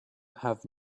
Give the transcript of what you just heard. have